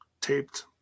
taped